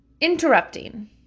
Interrupting